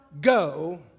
go